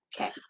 Okay